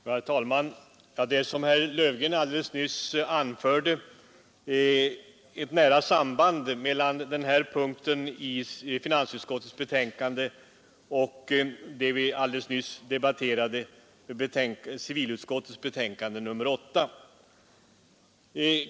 Herr talman! Det är som herr Löfgren nyss anförde ett nära samband mellan denna punkt i finansutskottets betänkande och det vi aildeles nyss debatterade, civilutskottets betänkande 8.